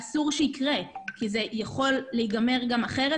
אבל אסור שיקרה מקרה שכזה כי זה יכול להיגמר גם אחרת.